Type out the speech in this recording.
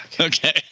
Okay